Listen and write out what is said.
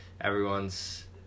everyone's